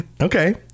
okay